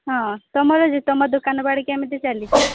ହଁ ତୁମ ତୁମର ଦୋକାନ ବାଡ଼ି କେମିତି ଚାଲିଛି